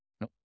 No